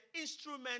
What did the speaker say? instrument